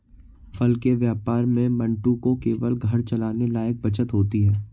फल के व्यापार में मंटू को केवल घर चलाने लायक बचत होती है